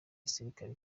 gisirikare